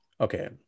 Okay